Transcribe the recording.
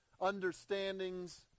understandings